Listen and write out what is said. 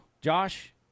Josh